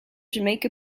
jamaica